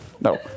no